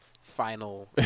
final